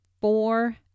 four